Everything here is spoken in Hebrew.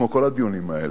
כמו כל הדיונים האלה.